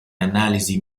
analisi